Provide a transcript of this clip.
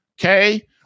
Okay